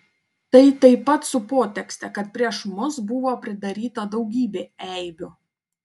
tai taip pat su potekste kad prieš mus buvo pridaryta daugybė eibių